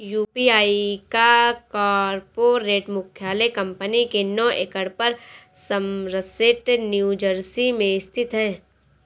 UPI का corporate मुख्यालय company के नौ एकड़ पर समरसेट न्यू जर्सी में स्थित है